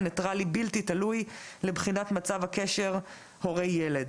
ניטרלי בלתי תלוי לבחינת מצב הקשר בין הורה לילד.